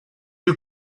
you